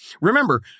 Remember